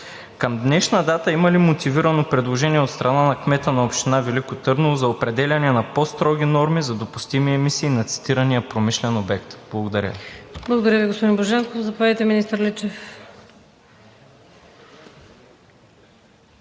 Към днешна дата има ли мотивирано предложение от страна на кмета на община Велико Търново за определяне на по-строги норми за допустими емисии на цитирания промишлен обект? Благодаря Ви. ПРЕДСЕДАТЕЛ ВИКТОРИЯ ВАСИЛЕВА: Благодаря, господин Божанков. Заповядайте, министър Личев.